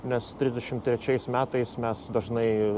nes trisdešimt trečiais metais mes dažnai